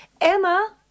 Emma